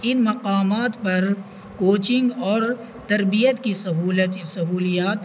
ان مقامات پر کوچنگ اور تربیت کی سہولت سہولیات